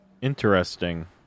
Interesting